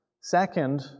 Second